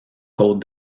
côte